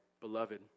beloved